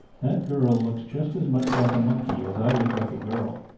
that girl looks just as much like a monkey as i look like a girl.